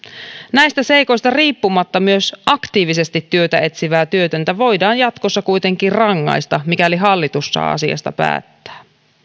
näistä seikoista riippumatta myös aktiivisesti työtä etsivää työtöntä voidaan jatkossa kuitenkin rangaista mikäli hallitus saa asiasta päättää